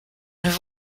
have